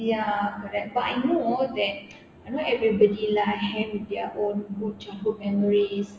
ya correct but I know that not everybody lah have their own good childhood memories